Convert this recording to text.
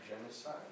genocide